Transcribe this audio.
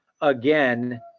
again